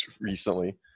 recently